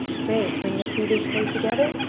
great. bring the two big toes together.